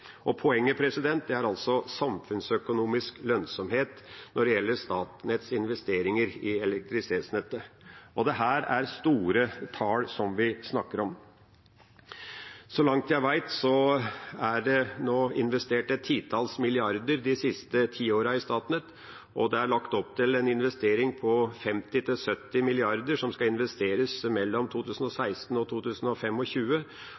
Poenget er altså samfunnsøkonomisk lønnsomhet når det gjelder Statnetts investeringer i elektrisitetsnettet. Det er store tall vi snakker om. Så langt jeg vet, er det nå investert et titalls milliarder de siste tiårene i Statnett. Det er lagt opp til en investering på 50–70 mrd. kr, som skal investeres mellom